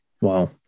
Wow